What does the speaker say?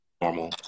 normal